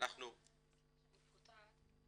ואנחנו --- סליחה שאני קוטעת,